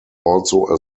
also